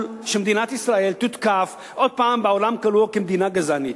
לגרום שמדינת ישראל תותקף בעולם כולו כמדינה גזענית,